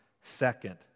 second